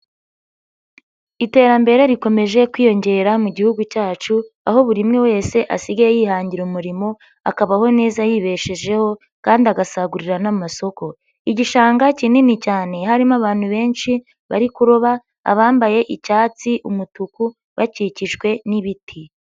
Iterambere rikomeje kwiyongera mu gihugu cyacu, aho buri mwe wese asigaye yihangira umurimo, akabaho neza yibeshejeho kandi agasagurira n'amasoko. Igishanga kinini cyane harimo abantu benshi bari kuroba, abambaye: icyatsi, umutuku, bakikijwe n'ibiti.